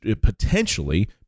potentially